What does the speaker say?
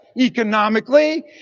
economically